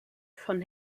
von